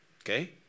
Okay